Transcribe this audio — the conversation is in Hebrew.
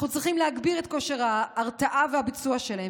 אנחנו צריכים להגביר את כושר ההרתעה והביצוע שלהם